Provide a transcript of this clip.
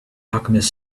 alchemist